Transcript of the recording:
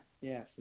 Yes